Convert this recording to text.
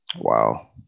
wow